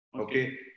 Okay